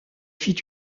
fit